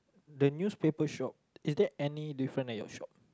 the newspaper shop is there any different at your shop